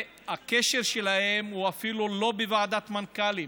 הקשר איתם הוא אפילו לא בוועדת מנכ"לים,